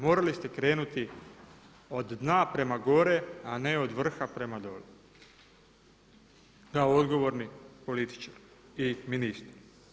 Morali ste krenuti od dna prema gore, a ne od vrha prema dolje kao odgovorni političar i ministar.